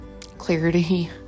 clarity